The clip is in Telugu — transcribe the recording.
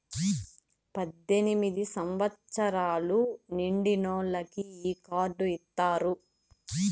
పద్దెనిమిది సంవచ్చరాలు నిండినోళ్ళకి ఈ కార్డు ఇత్తారు